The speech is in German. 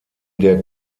der